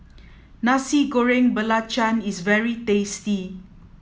nasi goreng belacan is very tasty